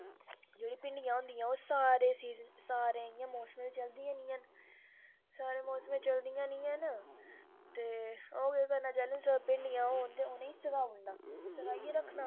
जि'यां कोई मिचर मुचर पाने बास्तै होई गे जि'यां बिस्किट पानै बास्तै छोटियां पलेटां जूस होंदियां ते ओह् बी चाहिदियां होंदियां ते बड्डियां पलेटां रोटी खानै बास्तै चाहिदियां होंदियां